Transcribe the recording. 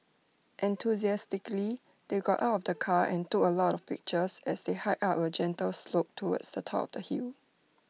enthusiastically they got out of the car and took A lot of pictures as they hiked up A gentle slope towards the top of the hill